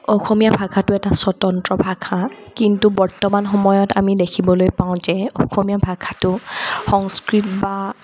অসমীয়া ভাষাটো এটা স্বতন্ত্ৰ ভাষা কিন্তু বৰ্তমান সময়ত আমি দেখিবলৈ পাওঁ যে অসমীয়া ভাষাটো সংস্কৃত বা